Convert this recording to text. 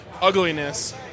ugliness